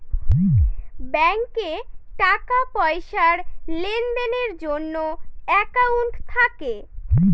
ব্যাঙ্কে টাকা পয়সার লেনদেনের জন্য একাউন্ট থাকে